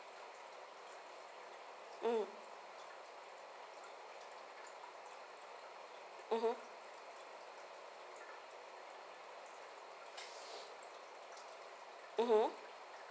mm mmhmm mmhmm